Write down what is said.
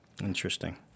Interesting